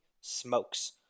smokes